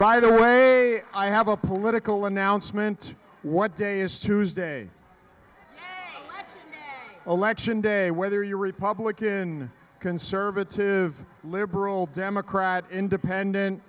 by the way i have a political announcement what day is tuesday election day whether you're republican conservative liberal democrat independent